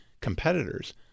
competitors